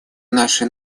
наши